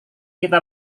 kita